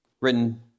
Written